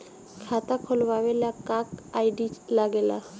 खाता खोलवावे ला का का आई.डी लागेला?